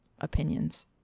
opinions